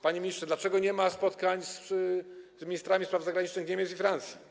Panie ministrze, dlaczego nie ma spotkań z ministrami spraw zagranicznych Niemiec i Francji?